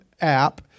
app